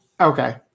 Okay